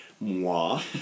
moi